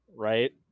Right